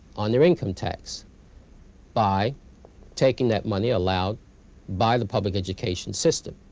on their income tax by taking that money allowed by the public education system.